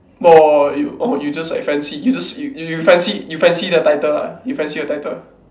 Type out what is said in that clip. lol you oh you just like fancy you just you you fancy you fancy the title ah you fancy your title